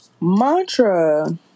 Mantra